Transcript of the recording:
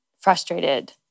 frustrated